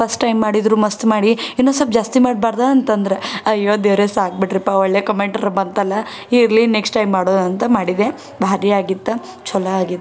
first time ಮಾಡಿದರು ಮಸ್ತ್ ಮಾಡಿ ಇನ್ನೂ ಸ್ವಲ್ಪ ಜಾಸ್ತಿ ಮಾಡಬಾರ್ದ ಅಂತಂದ್ರೆ ಅಯ್ಯೋ ದೇವರೇ ಸಾಕು ಬಿಡಿರಿಪ್ಪ ಒಳ್ಳೆ ಕಮೆಂಟ್ರ್ ಬಂತಲ್ಲ ಇರಲಿ ನೆಕ್ಸ್ಟ್ ಟೈಮ್ ಮಾಡೋದಂತ ಮಾಡಿದೆ ಭಾರಿ ಆಗಿತ್ತು ಚಲೊ ಆಗಿತ್ತು